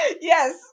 Yes